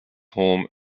home